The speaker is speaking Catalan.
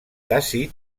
tàcit